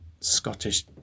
Scottish